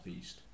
East